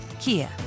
Kia